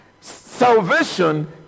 salvation